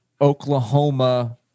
Oklahoma